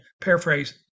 paraphrase